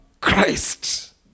Christ